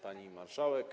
Pani Marszałek!